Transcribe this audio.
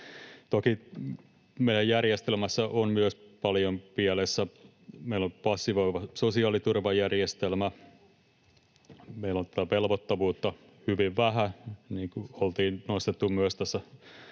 Toki meidän järjestelmässä on myös paljon pielessä. Meillä on passivoiva sosiaaliturvajärjestelmä, meillä on velvoittavuutta hyvin vähän. Niin kuin oltiin nostettu myös tässä